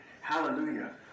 Hallelujah